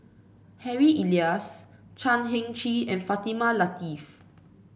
Harry Elias Chan Heng Chee and Fatimah Lateef